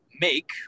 make